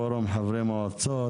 פורום חברי מועצות.